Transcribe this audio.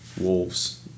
wolves